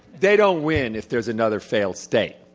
they don't win if there is another failed state.